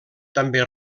també